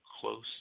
close